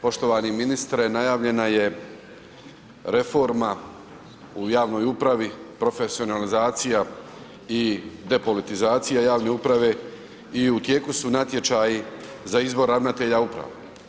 Poštovani ministre, najavljena je reforma u javnoj upravi, profesionalizacija i depolitizacija javne uprave i u tijeku su natječaji za izbor ravnatelja uprava.